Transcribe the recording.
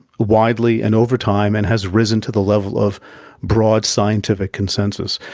widely and over time and has risen to the level of broad scientific consensus.